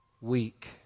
weak